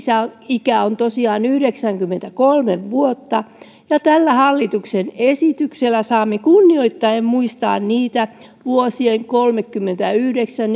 ikä on tosiaan yhdeksänkymmentäkolme vuotta ja tällä hallituksen esityksellä saamme kunnioittaen muistaa niitä vuosien kolmekymmentäyhdeksän